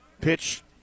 Pitch